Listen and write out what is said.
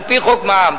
על-פי חוק מע"מ.